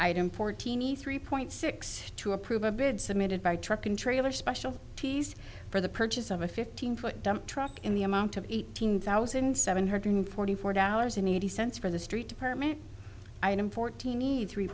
item fourteen e three point six two approve a bid submitted by truck and trailer special teas for the purchase of a fifteen foot dump truck in the amount of eighteen thousand seven hundred forty four dollars and eighty cents for the street department i am fourteen need three